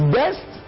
best